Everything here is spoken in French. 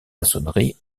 maçonnerie